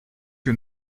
que